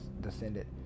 descended